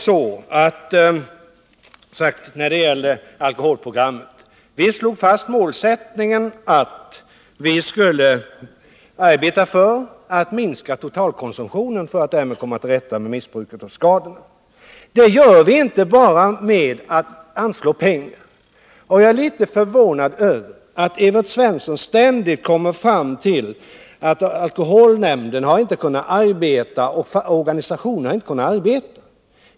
I alkoholprogrammet slog vi ändå fast inriktningen att arbeta för att minska totalkonsumtionen, för att därmed komma till rätta med missbruket och skadorna. Detta kan vi inte göra enbart genom att anslå pengar. Jag är litet förvånad över att Evert Svensson ständigt för fram att alkoholnämnden och organisationerna inte har kunnat arbeta.